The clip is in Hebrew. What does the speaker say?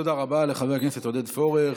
תודה רבה לחבר הכנסת עודד פורר.